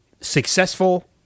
successful